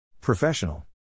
Professional